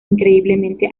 increíblemente